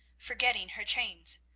forgetting her chains.